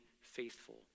faithful